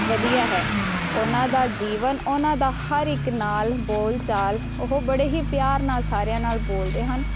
ਵਧੀਆ ਹੈ ਉਹਨਾਂ ਦਾ ਜੀਵਨ ਉਹਨਾਂ ਦਾ ਹਰ ਇੱਕ ਨਾਲ ਬੋਲ ਚਾਲ ਉਹ ਬੜੇ ਹੀ ਪਿਆਰ ਨਾਲ ਸਾਰਿਆਂ ਨਾਲ ਬੋਲਦੇ ਹਨ